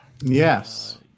Yes